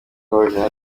w’ingabo